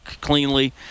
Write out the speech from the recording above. cleanly